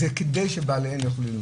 זה כדי שבעליהן יוכלו ללמוד,